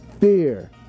Fear